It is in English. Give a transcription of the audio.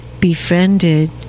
befriended